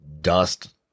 dust